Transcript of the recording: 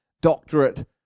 doctorate